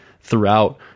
throughout